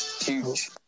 huge